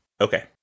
Okay